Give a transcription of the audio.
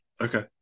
Okay